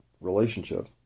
relationship